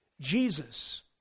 Jesus